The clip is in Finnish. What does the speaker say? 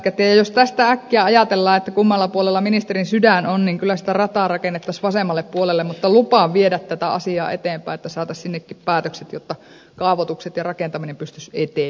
ja jos tästä äkkiä ajatellaan että kummalla puolella ministerin sydän on niin kyllä sitä rataa rakennettaisiin vasemmalle puolelle mutta lupaan viedä tätä asiaa eteenpäin että saataisiin sinnekin päätökset jotta kaavoitukset ja rakentaminen pystyisivät etenemään